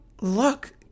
look